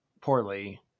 poorly